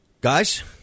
Guys